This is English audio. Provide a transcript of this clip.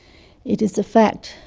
it is a fact,